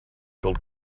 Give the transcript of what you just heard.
gold